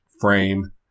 frame